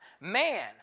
man